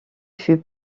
fut